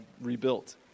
rebuilt